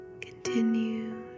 continue